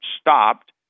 stopped